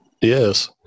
Yes